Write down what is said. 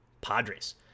Padres